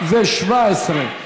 התשע"ח 2017,